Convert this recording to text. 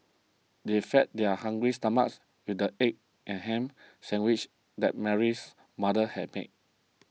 they fed their hungry stomachs with the egg and ham sandwiches that Mary's mother had made